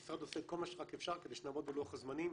המשרד עושה את כל מה שרק אפשר כדי שנעמוד בלוח הזמנים